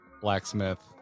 blacksmith